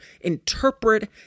...interpret